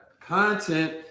Content